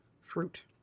fruit